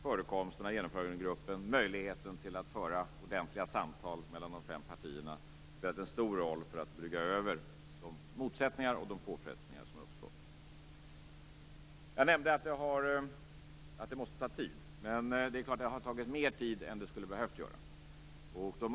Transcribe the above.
Förekomsten av genomförandegruppen, möjligheten att föra ordentliga samtal mellan de fem partierna, har spelat en stor roll när det gäller att brygga över de motsättningar som har uppstått och när det gäller de påfrestningar som uppgörelsen har utsatts för under de gångna åren. Jag nämnde att detta måste ta tid. Men det är klart att detta har tagit mer tid än det hade behövt göra.